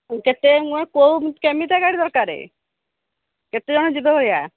କେତେ ମୁହଁ କେଉଁ କେମିତିଆ ଗାଡ଼ି ଦରକାର କେତେ ଜଣ ଯିବା ଭଳିଆ